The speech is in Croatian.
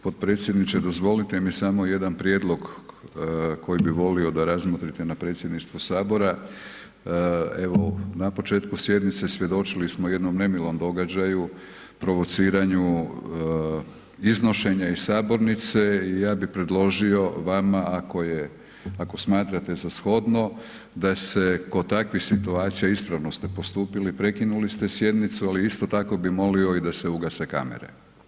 Potpredsjedniče, dozvolite mi samo jedan prijedlog koji bi volio da razmotrite na predsjedništvu Sabora, evo na početku sjednice svjedočili smo jednom nemilom događaju, provociranju, iznošenja iz sabornice i ja bi predložio vama ako smatrate za shodno, da se kod takvih situacija, ispravno ste postupili, prekinuli ste sjednicu ali isto tako bi molio i da se ugase kamere.